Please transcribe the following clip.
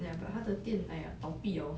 ya but 它的店 !aiya! 倒闭 liao